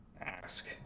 ask